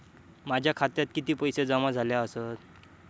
माझ्या खात्यात किती पैसे जमा झाले आसत?